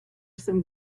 some